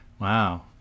Wow